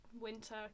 winter